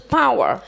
power